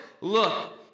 look